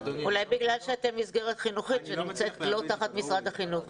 אולי בגלל שאתם מסגרת חינוכית שנמצאת לא תחת משרד החינוך.